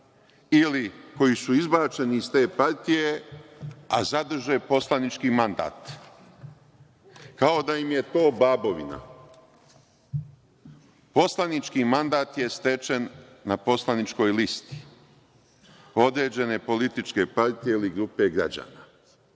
ili koji su izbačeni iz te partije, a zadrže poslanički mandat. Kao da im je to babovina. Poslanički mandat je stečen na poslaničkoj listi određene političke partije ili grupe građana.